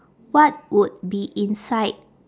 what would be inside